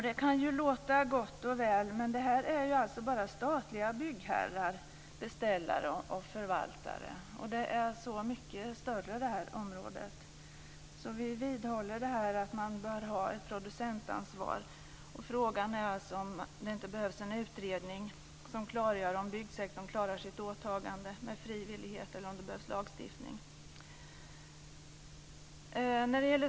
Det kan ju låta gott och väl, men detta är ju bara statliga byggherrar, beställare och förvaltare. Det här området är så mycket större. Vi vidhåller att man bör ha ett producentansvar. Frågan är om det inte behövs en utredning som klargör om byggsektorn klarar sitt åtagande med frivillighet eller om det behövs lagstiftning.